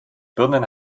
birnen